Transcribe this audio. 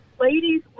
ladies